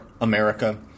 America